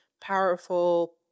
powerful